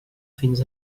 fins